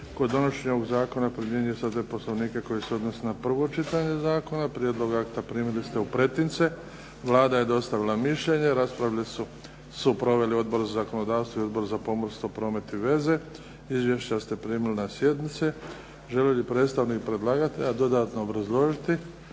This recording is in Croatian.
kod donošenja ovog zakona primjenjuju se odredbe Poslovnika koje se odnose na prvo čitanje zakona. Prijedlog akta primili ste u pretince. Vlada je dostavila mišljenje. Raspravu su proveli Odbor za zakonodavstvo i Odbor za pomorstvo, promet i veze. Izvješća ste primili na sjednici. Želi li predstavnik predlagatelja dodatno obrazložiti